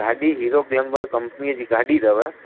गाॾी Hero Glamour कंपनीअ जी गाॾी अथव